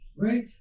right